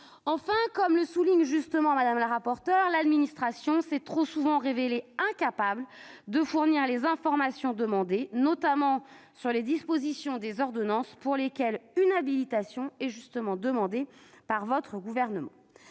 Enfin, comme le souligne justement Mme la rapporteure, « l'administration s'est trop souvent révélée incapable de fournir les informations demandées, notamment sur les dispositions des ordonnances pour lesquelles une habilitation est demandée par le Gouvernement